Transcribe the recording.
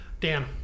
Dan